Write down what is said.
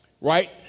right